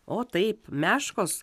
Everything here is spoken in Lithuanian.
o taip meškos